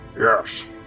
Yes